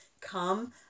come